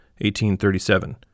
1837